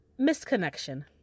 Misconnection